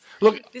Look